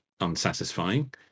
unsatisfying